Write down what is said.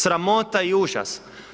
Sramota i užas.